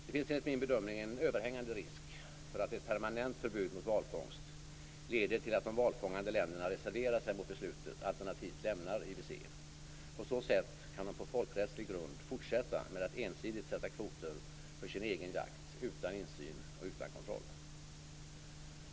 Det finns enligt min bedömning en överhängande risk för att ett permanent förbud mot valfångst leder till att de valfångande länderna reserverar sig mot beslutet, alternativt lämnar IWC. På så sätt kan de på folkrättslig grund fortsätta med att ensidigt sätta kvoter för sin egen jakt utan insyn och utan kontroll.